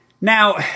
Now